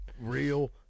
real